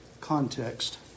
context